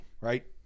right